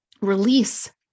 release